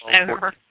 over